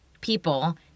people